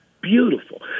beautiful